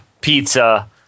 pizza